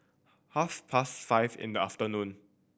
half past five in the afternoon